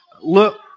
look